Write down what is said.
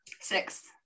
Six